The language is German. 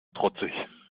trotzig